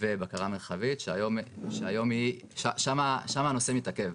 ובקרה מרחבית, שהיום שם הנושא מתעכב.